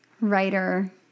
writer